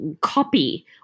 copy